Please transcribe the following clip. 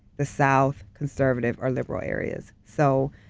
the south, conservative or liberal areas. so,